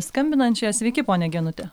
skambinančią sveiki ponia genute